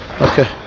Okay